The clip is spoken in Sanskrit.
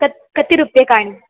तत् कति रूप्यकाणि